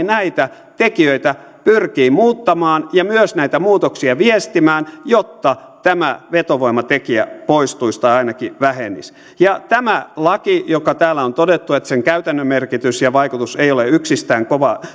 näitä tekijöitä pyrkii muuttamaan ja myös näitä muutoksia viestimään jotta tämä vetovoimatekijä poistuisi tai ainakin vähenisi tämä laki josta täällä on todettu että sen käytännön merkitys ja vaikutus ei ole yksistään